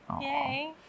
Yay